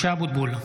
(קורא בשמות חברי הכנסת) משה אבוטבול,